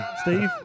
Steve